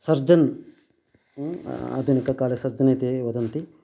surgeon आधुनिककाले surgeon इति वदन्ति